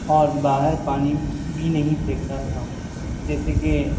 اور باہر پانی بھی نہیں پھینکتا تھا جیسے کہ